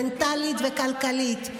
מנטלית וכלכלית.